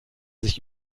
sich